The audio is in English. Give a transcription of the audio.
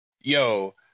Yo